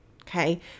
okay